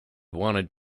wanted